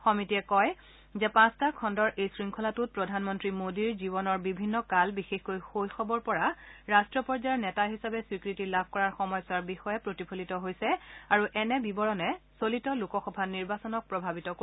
সমিতিয়ে কয় যে পাঁচটা খণুৰ এই শংখলাটোত প্ৰধানমন্ত্ৰী মোদীৰ জীৱনৰ বিভিন্ন কাল বিশেষকৈ শৈশৱৰ পৰা ৰাষ্ট্ৰীয় পৰ্যায়ৰ নেতা হিচাপে স্বীকৃতি লাভ কৰাৰ সময়ছোৱাৰ বিষয়ে প্ৰতিফলিত হৈছে আৰু এনে বিৱৰণে চলিত লোকসভা নিৰ্বাচনক প্ৰভাৱিত কৰিব